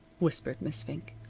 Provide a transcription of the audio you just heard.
whispered miss fink.